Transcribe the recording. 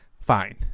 Fine